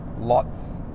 lots